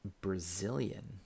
Brazilian